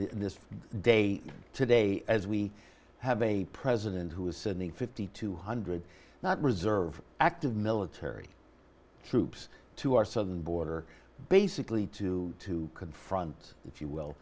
this day today as we have a president who is sending fifty two hundred not reserve active military troops to our southern border basically to confront if you will